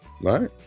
Right